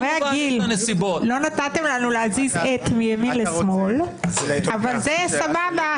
לא נתתם לנו להזיז עט מימין לשמאל, אבל זה סבבה.